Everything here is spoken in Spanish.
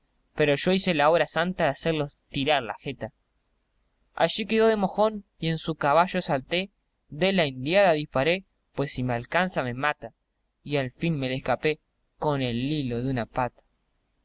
pero yo hice la obra santa de hacerlo estirar la jeta allí quedó de mojón y en su caballo salté de la indiada disparé pues si me alcanza me mata y al fin me les escapé con el hilo de una pata